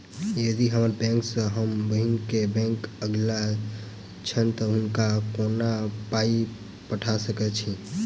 यदि हम्मर बैंक सँ हम बहिन केँ बैंक अगिला छैन तऽ हुनका कोना पाई पठा सकैत छीयैन?